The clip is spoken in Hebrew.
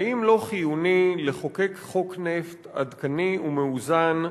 האם לא חיוני לחוקק חוק נפט עדכני ומאוזן,